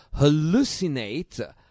hallucinate